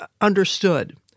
understood